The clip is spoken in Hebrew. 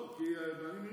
לא, כי היא באה מראשון.